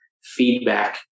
feedback